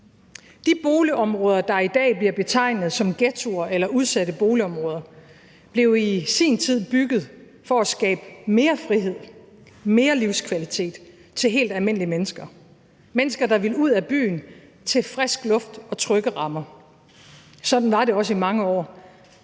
De boligområder, der i dag bliver betegnet som ghettoer eller udsatte boligområder, blev i sin tid bygget for at skabe mere frihed, mere livskvalitet til helt almindelige mennesker – mennesker, der ville ud af byen til frisk luft og trygge rammer. Sådan var det også i mange år,